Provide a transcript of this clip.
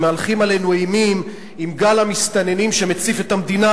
שמהלכים עלינו אימים עם גל המסתננים שמציף את המדינה,